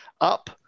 up